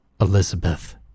Elizabeth